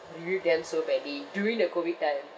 reviewed them so badly during the COVID time